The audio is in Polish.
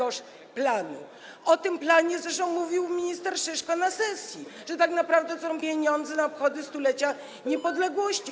O tym planie zresztą mówił minister Szyszko na sesji, że tak naprawdę to są pieniądze na obchody 100-lecia niepodległości.